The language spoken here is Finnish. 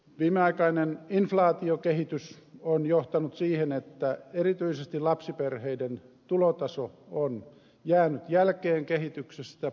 viimeaikainen inflaatiokehitys on johtanut siihen että erityisesti lapsiperheiden tulotaso on jäänyt jälkeen kehityksestä